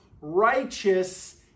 righteous